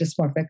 dysmorphic